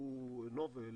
שהוא נובל